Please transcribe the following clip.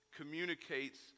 communicates